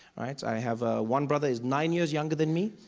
right. i have a, one brother is nine years younger than me.